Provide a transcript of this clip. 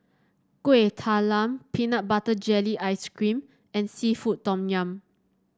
Kueh Talam Peanut Butter Jelly Ice cream and seafood Tom Yum